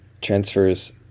transfers